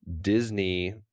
Disney